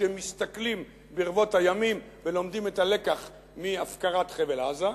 כשמסתכלים ברבות הימים ולומדים את הלקח מהפקרת חבל-עזה.